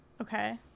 Okay